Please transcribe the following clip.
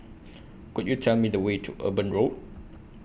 Could YOU Tell Me The Way to Eben Road